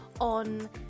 on